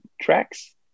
tracks